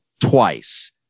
twice